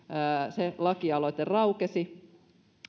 se lakialoite raukesi